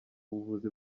buvuzi